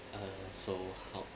err so how